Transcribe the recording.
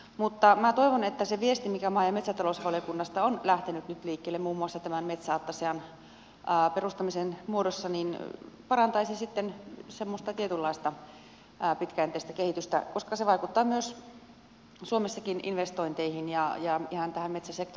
mutta minä toivon että se viesti mikä maa ja metsätalousvaliokunnasta on lähtenyt nyt liikkeelle muun muassa tämän metsäattasean perustamisen muodossa parantaisi sitten semmoista tietynlaista pitkäjänteistä kehitystä koska se vaikuttaa suomessakin investointeihin ja ihan tähän itse sekä